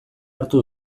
hartu